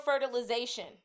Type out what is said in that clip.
fertilization